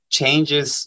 changes